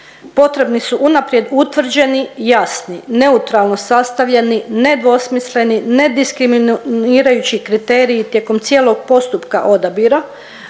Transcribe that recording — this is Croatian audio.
Potrebni su unaprijed utvrđeni, jasni, neutralno sastavljeni, nedvosmisleni, ne diskriminirajući kriteriji tijekom cijelog postupka odabira,